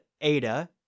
ADA